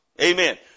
Amen